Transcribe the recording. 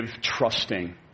trusting